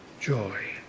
joy